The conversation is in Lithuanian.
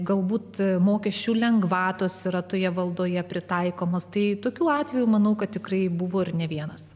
galbūt mokesčių lengvatos yra toje valdoje pritaikomas tai tokiu atveju manau kad tikrai buvo ir ne vienas